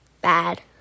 bad